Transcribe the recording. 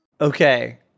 Okay